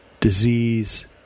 Disease